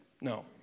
No